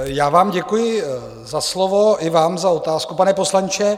Já vám děkuji za slovo, i vám za otázku, pane poslanče.